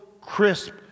crisp